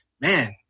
man